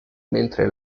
mentre